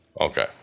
Okay